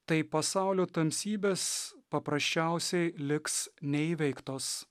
tai pasaulio tamsybės paprasčiausiai liks neįveiktos